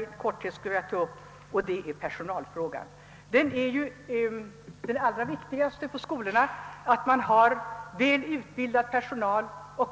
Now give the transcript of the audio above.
Det allra viktigaste för att man skall kunna genomföra en riktig behandling av de unga på skolorna är att man har väl utbildad